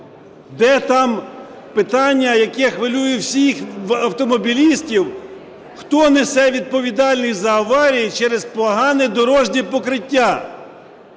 Де там питання, яке хвилює всіх автомобілістів: хто несе відповідальність за аварії через погане дорожнє покриття?